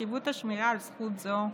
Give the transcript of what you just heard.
לחשיבות השמירה על זכות זו,